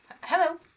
hello